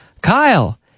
Kyle